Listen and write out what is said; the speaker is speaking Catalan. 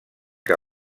que